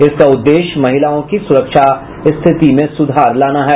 इसका उद्देश्य महिलाओं की सुरक्षा स्थिति में सुधार लाना है